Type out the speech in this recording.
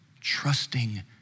trusting